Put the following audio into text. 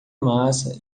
massa